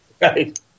Right